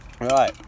right